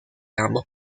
ambos